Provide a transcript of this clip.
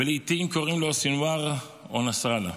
ולעיתים קוראים לו סנוואר או נסראללה.